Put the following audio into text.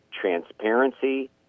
transparency